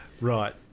Right